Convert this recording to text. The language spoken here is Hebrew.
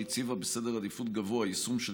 אשר הציבה גבוה בסדר העדיפויות יישום של